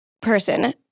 person